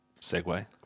segue